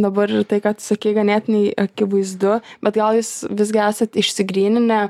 dabar ir tai ką tu sakei ganėtinai akivaizdu bet gal jūs visgi esat išsigryninę